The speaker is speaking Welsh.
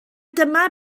dyma